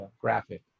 graphic